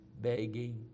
begging